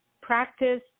practice